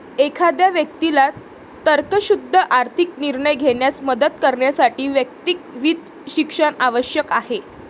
एखाद्या व्यक्तीला तर्कशुद्ध आर्थिक निर्णय घेण्यास मदत करण्यासाठी वैयक्तिक वित्त शिक्षण आवश्यक आहे